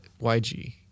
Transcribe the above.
YG